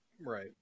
Right